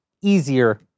easier